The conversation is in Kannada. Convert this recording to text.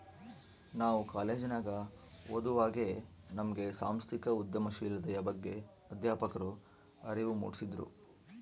ನಾವು ಕಾಲೇಜಿನಗ ಓದುವಾಗೆ ನಮ್ಗೆ ಸಾಂಸ್ಥಿಕ ಉದ್ಯಮಶೀಲತೆಯ ಬಗ್ಗೆ ಅಧ್ಯಾಪಕ್ರು ಅರಿವು ಮೂಡಿಸಿದ್ರು